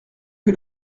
que